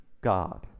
God